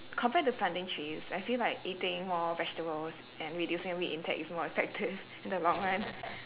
compared to planting trees I feel like eating more vegetables and reducing meat intake is more effective in the long run